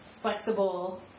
flexible